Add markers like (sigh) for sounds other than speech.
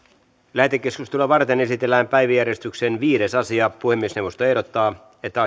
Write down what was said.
lähetekeskustelua varten esitellään päiväjärjestyksen viides asia puhemiesneuvosto ehdottaa että (unintelligible)